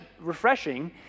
refreshing